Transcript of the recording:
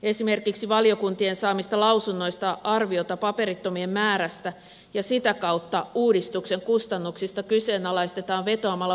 esimerkiksi valiokuntien saamissa lausunnoissa arviota paperittomien määrästä ja sitä kautta uudistuksen kustannuksista kyseenalaistetaan vetoamalla poliisin lukuihin